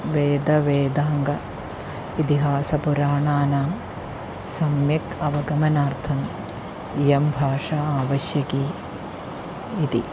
वेदवेदाङ्गम् इतिहासपुराणानां सम्यक् अवगमनार्थम् इयं भाषा आवश्यकी इति